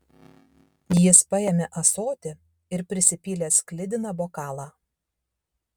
jis paėmė ąsotį ir prisipylė sklidiną bokalą